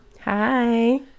hi